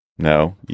No